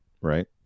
Right